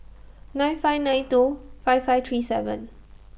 nine five nine two five five three seven